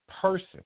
person